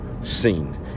seen